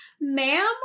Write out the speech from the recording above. ma'am